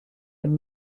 and